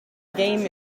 game